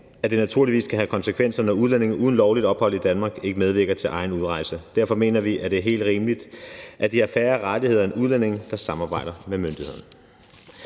at det naturligvis skal have konsekvenser, når udlændinge uden lovligt ophold i Danmark ikke medvirker til egen udrejse. Derfor mener vi, at det er helt rimeligt, at de har færre rettigheder end udlændinge, der samarbejder med myndighederne.